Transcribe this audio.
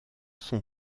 son